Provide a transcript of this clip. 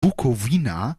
bukowina